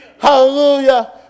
Hallelujah